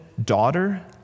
Daughter